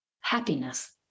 happiness